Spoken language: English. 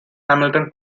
hamilton